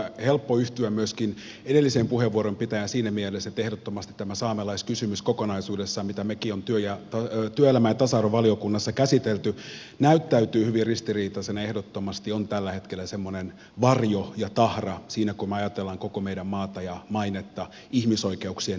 on helppo yhtyä myöskin edellisen puheenvuoron pitäjään siinä mielessä että ehdottomasti tämä saamelaiskysymys kokonaisuudessaan mitä mekin olemme työelämä ja tasa arvovaliokunnassa käsitelleet näyttäytyy hyvin ristiriitaisena ja on ehdottomasti tällä hetkellä semmoinen varjo ja tahra siinä kun me ajattelemme koko meidän maatamme ja mainettamme ihmisoikeuksien näkökulmasta